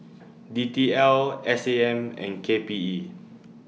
D T L S A M and K P E